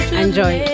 enjoy